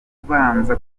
kubanza